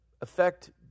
affect